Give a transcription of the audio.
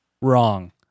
Wrong